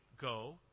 go